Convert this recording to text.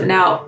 Now